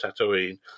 Tatooine